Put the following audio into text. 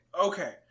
Okay